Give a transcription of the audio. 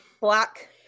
black